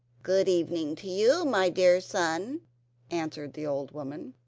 good evening to you, my dear son answered the old woman.